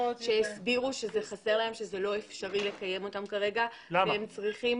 שהסבירו שזה חסר להם ושלא אפשרי לקיים אותן כרגע כי הם צריכים